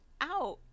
out